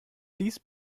dies